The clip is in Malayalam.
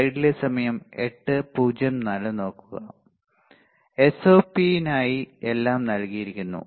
SOP നായി എല്ലാം നൽകിയിരിക്കുന്നു